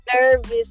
nervous